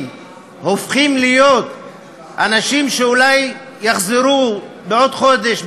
שהופכים להיות אנשים שאולי יחזרו בעוד חודש,